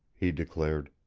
he declared.